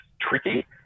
tricky